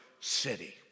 city